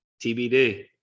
TBD